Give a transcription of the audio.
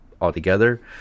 altogether